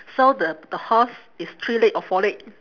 so the the horse is three leg or four leg